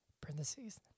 parentheses